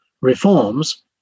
reforms